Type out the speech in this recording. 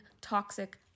toxic